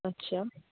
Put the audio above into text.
اچھا